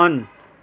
अन्